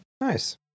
Nice